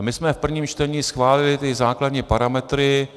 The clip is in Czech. My jsme v prvním čtení schválili základní parametry.